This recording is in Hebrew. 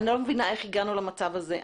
אני לא מבינה איך הגענו למצב הזה,